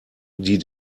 die